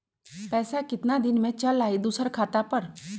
पैसा कितना दिन में चल जाई दुसर खाता पर?